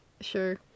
Sure